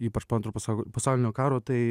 ypač po antrojo pasau pasaulinio karo tai